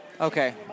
Okay